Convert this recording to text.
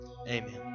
amen